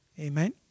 Amen